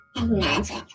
Magic